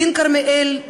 דין כרמיאל,